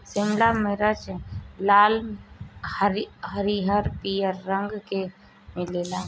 शिमला मिर्च लाल, हरिहर, पियर रंग के मिलेला